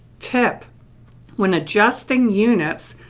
tip when adjusting units,